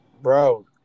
Bro